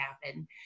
happen